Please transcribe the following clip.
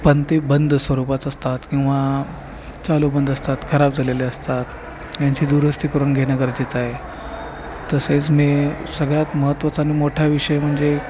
पण ते बंद स्वरूपात असतात किंवा चालू बंद असतात खराब झालेले असतात यांची दुरुस्ती करून घेणं गरजेचं आहे तसेच मी सगळ्यात महत्त्वाचा आणि मोठा विषय म्हणजे